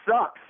sucks